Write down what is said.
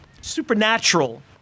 supernatural